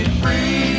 free